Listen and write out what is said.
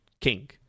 king